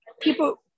people